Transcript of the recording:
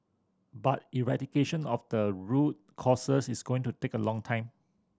but eradication of the root causes is going to take a long time